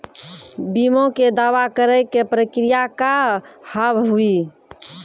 बीमा के दावा करे के प्रक्रिया का हाव हई?